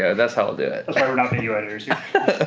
ah that's how i'll do it. that's why we're not video editors yeah